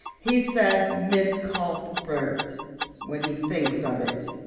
he says miss cuthbert when he thinks of it.